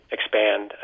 Expand